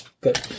Good